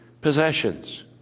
possessions